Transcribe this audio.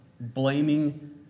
Blaming